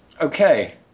okay